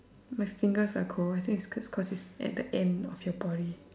my fingers are cold I think it's cause cause it's at the end of your body